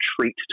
treat